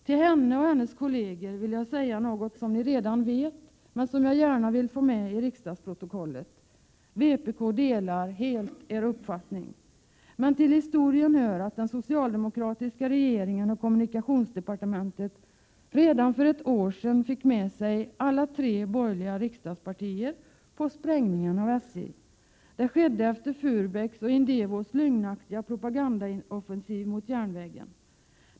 Till henne, och hennes kolleger vill jag säga något som ni redan vet, men som jag gärna vill få med i riksdagsprotokollet: Vpk delar helt er uppfattning. Men till historien hör att den socialdemokratiska regeringen och kommunikationsdepartementet redan för ett år sedan fick med sig alla tre borgerliga riksdagspartierna på sprängningen av SJ. Det skedde efter Furbäcks och Indevos lögnaktiga propagandaoffensiv mot järnvägen.